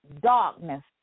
darkness